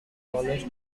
tallest